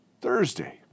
Thursday